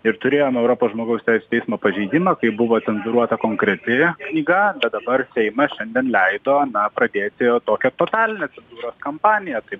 ir turėjom europos žmogaus teisių teismo pažeidimą kai buvo cenzūruota konkreti knyga bet dabar seimas šiandien leido na pradėti jau tokią totalinę cenzūros kampaniją tai